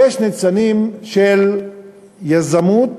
יש ניצנים של יזמות